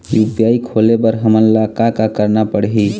UPI खोले बर हमन ला का का करना पड़ही?